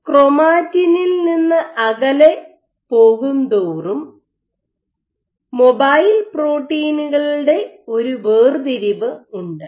ക്രോമാറ്റിനിൽ നിന്ന് അകലെ പോകുംതോറും മൊബൈൽ പ്രോട്ടീനുകളുടെ ഒരു വേർതിരിവ് ഉണ്ട്